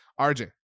RJ